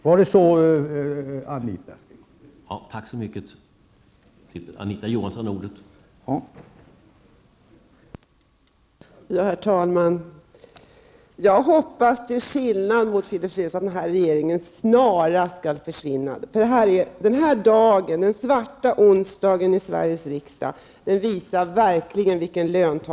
Var det så Anita Johansson sade?